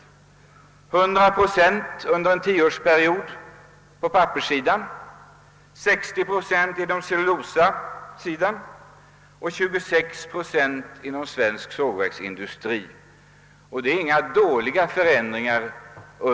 100 procent under en tioårsperiod på papperssidan, 60 procent på cellulosasidan och 26 procent inom svensk sågverksindustri är inga dåliga förändringar.